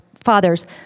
fathers